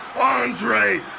Andre